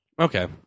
Okay